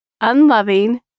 unloving